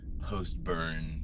post-burn